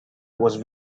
was